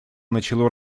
начало